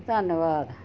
ਧੰਨਵਾਦ